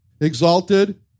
exalted